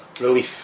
Relief